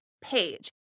page